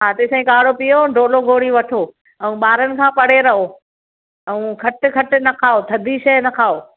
हा तेसि ताईं काड़ो पियो डोलो गोरी वठो ऐं ॿारनि खां परे रहो ऐं खट खट न खाओ थधी शइ न खाओ